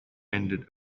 ended